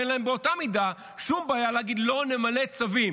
ובאותה מידה אין להם שום בעיה להגיד: לא נמלא צווים.